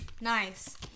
Nice